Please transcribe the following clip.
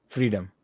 Freedom